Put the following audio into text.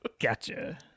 Gotcha